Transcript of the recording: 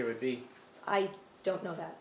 there would be i don't know that